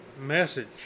message